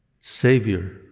Savior